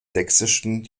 sächsischen